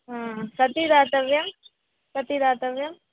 हा कति दातव्यं कति दातव्यं